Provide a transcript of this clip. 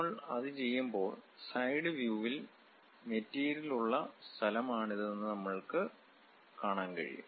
നമ്മൾ അത് ചെയ്യുമ്പോൾ സൈഡ് വ്യൂവിൽ മെറ്റീരിയൽ ഉള്ള സ്ഥലമാണിതെന്ന് നമുക്ക് കാണാൻ കഴിയും